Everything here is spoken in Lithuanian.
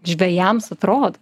žvejams atrodo